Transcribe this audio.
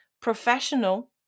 professional